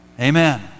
amen